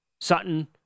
Sutton